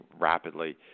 rapidly